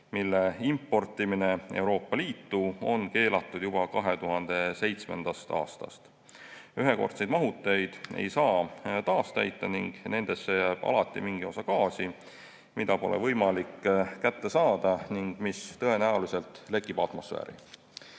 mille importimine Euroopa Liitu on keelatud juba 2007. aastast. Ühekordseid mahuteid ei saa taastäita, aga nendesse jääb alati mingi osa gaasi, mida pole võimalik kätte saada ning mis tõenäoliselt lekib atmosfääri.